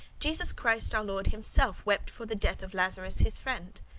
jesus christ, our lord, himself wept for the death of lazarus his friend.